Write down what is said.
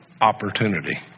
opportunity